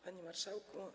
Panie Marszałku!